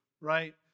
right